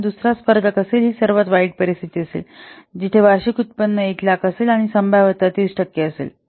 आणि जर तो दुसरा स्पर्धक असेल तर ही सर्वात वाईट परिस्थिती असेल जिथे वार्षिक उत्पन्न 100000 असेल आणि संभाव्यता 30 टक्के असेल